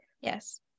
Yes